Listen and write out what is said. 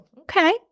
okay